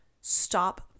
Stop